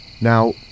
Now